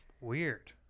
Weird